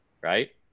Right